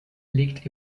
liegt